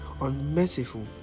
unmerciful